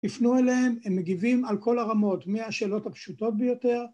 ‫הפנו אליהם, הם מגיבים על כל הרמות ‫מהשאלות הפשוטות ביותר.